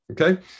Okay